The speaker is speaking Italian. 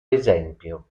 esempio